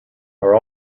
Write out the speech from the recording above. are